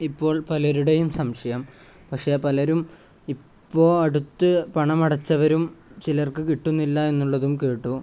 ഇപ്പോൾ പലരുടെയും സംശയം പക്ഷേ പലരും ഇപ്പോള് അടുത്ത് പണം അടച്ചവരും ചിലർക്ക് കിട്ടുന്നില്ലെന്നുള്ളതും കേട്ടു